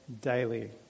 daily